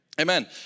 Amen